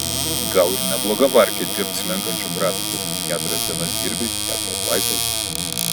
gal ir nebloga varkė dirbt slenkančiu grafiku keturias dienas dirbi keturios laisvos